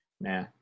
nah